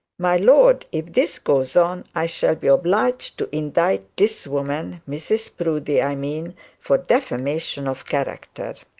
my lord, if this goes on i shall be obliged to indict this woman mrs proudie i mean for defamation of character